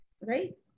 Right